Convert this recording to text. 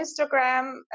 Instagram